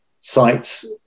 sites